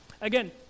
Again